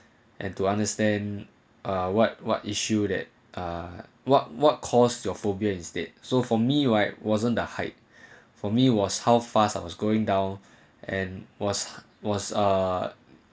and to understand uh what what issue that uh what what cause your phobia instead so for me why wasn't the height for me was how fast I was going down and was was uh